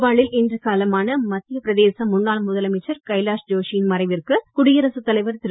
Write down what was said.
போபாலில் இன்று காலமான மத்திய பிரதேச முன்னாள் முதலமைச்சர் கைலாஷ் ஜோஷியின் மறைவிற்கு குடியரசுத் தலைவர் திரு